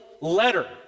letter